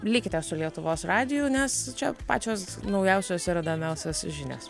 likite su lietuvos radiju nes čia pačios naujausios ir įdomiausios žinios